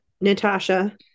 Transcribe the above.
Natasha